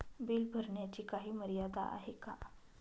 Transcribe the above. Bill भरण्याची काही मर्यादा आहे का?